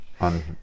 on